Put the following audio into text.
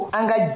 Anga